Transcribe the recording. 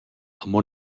amo